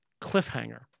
Cliffhanger